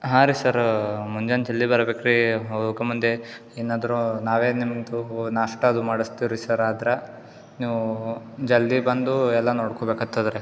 ಹಾಂ ರೀ ಸರ್ ಮುಂಜಾನೆ ಜಲ್ದಿ ಬರ್ಬೇಕು ರೀ ಹೋಗೋಕ್ಕು ಮುಂದೆ ಏನಾದರೂ ನಾವೇ ನಿಮ್ಮದು ನಾಷ್ಟಾದು ಮಾಡಿಸ್ತಿವಿ ರೀ ಸರ ಆದ್ರೆ ನೀವೂ ಜಲ್ದಿ ಬಂದು ಎಲ್ಲ ನೋಡ್ಕೊಬೇಕಾತ್ತದೆ ರೀ